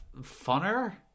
funner